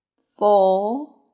four